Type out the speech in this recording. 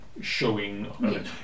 showing